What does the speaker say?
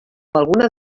alguna